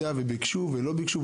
וזה לא בגלל שביקשו או לא ביקשו.